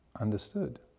understood